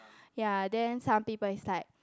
ya then some people is like